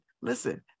listen